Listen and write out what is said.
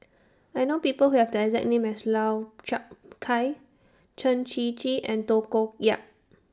I know People Who Have The exact name as Lau Chiap Khai Chen Shiji and Tay Koh Yat